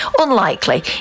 Unlikely